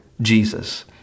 Jesus